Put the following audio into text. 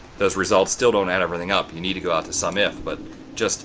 those results still don't add everything up. you need to go out to sumif but just